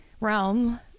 realm